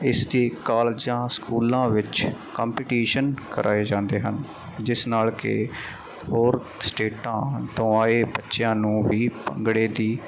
ਇਸਦੀ ਕਾਲਜਾਂ ਸਕੂਲਾਂ ਵਿੱਚ ਕੰਪੀਟੀਸ਼ਨ ਕਰਵਾਏ ਜਾਂਦੇ ਹਨ ਜਿਸ ਨਾਲ ਕਿ ਹੋਰ ਸਟੇਟਾਂ ਤੋਂ ਆਏ ਬੱਚਿਆਂ ਨੂੰ ਵੀ ਭੰਗੜੇ ਦੀ